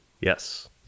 Yes